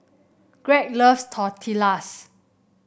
Gregg loves Tortillas